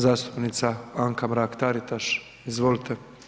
Zastupnica Anka Mrak-Taritaš, izvolite.